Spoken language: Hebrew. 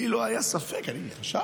לי לא היה ספק, אני חשבתי